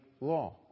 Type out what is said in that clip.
law